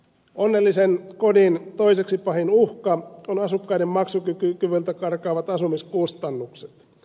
onnellisen kodin toiseksi pahin uhka on asukkaiden maksukyvyltä karkaavat asumiskustannukset